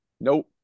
Nope